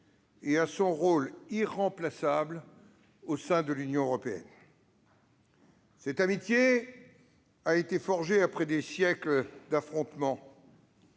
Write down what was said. et à son rôle irremplaçable au sein de l'Union européenne. Cette amitié, qui a été forgée après des siècles d'affrontements,